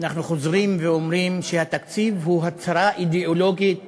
אנחנו חוזרים ואומרים שהתקציב הוא הצהרה אידיאולוגית